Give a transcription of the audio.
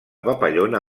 papallona